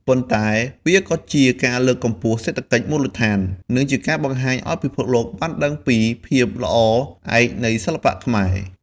ប៉ុន្តែវាក៏ជាការលើកកម្ពស់សេដ្ឋកិច្ចមូលដ្ឋាន និងជាការបង្ហាញឲ្យពិភពលោកបានដឹងពីភាពល្អឯកនៃសិល្បៈខ្មែរ។